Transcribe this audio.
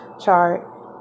chart